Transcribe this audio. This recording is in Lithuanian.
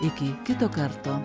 iki kito karto